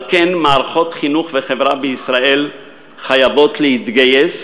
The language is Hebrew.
על כן, מערכות חינוך וחברה בישראל חייבות להתגייס